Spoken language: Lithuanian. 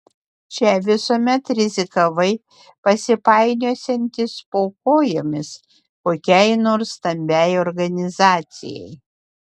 čia visuomet rizikavai pasipainiosiantis po kojomis kokiai nors stambiai organizacijai